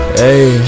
hey